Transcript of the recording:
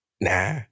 Nah